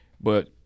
but-